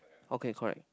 okay correct